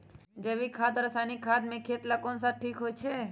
जैविक खाद और रासायनिक खाद में खेत ला कौन खाद ठीक होवैछे?